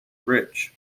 bridge